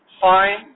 fine